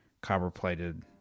copper-plated